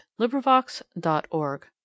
LibriVox.org